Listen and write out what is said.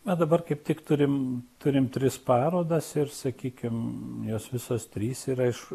na dabar kaip tik turim turim tris parodas ir sakykim jos visos trys yra iš